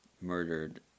murdered